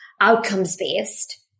outcomes-based